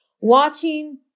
Watching